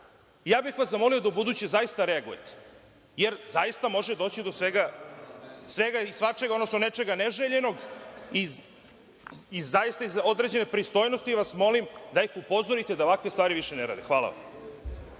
Ja bih vas zamolio da ubuduće zaista reagujete jer zaista može doći do svega i svačega, odnosno nečega neželjenog. Zaista, iz određene pristojnosti vas molim da ih upozorite da ovakve stvari više ne rade. Hvala vam.